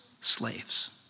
slaves